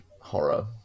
horror